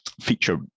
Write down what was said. feature